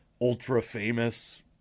ultra-famous